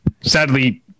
sadly